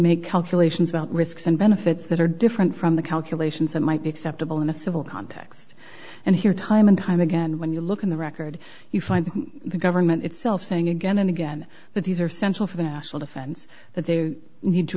make calculations about risks and benefits that are different from the calculations that might be acceptable in a civil context and here time and time again when you look at the record you find the government itself saying again and again that these are central for the n